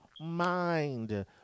mind